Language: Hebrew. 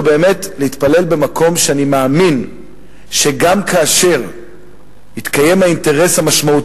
להתפלל במקום שאני מאמין שגם כאשר יתקיים האינטרס האמיתי